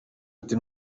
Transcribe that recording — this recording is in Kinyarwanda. ati